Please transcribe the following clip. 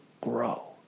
grow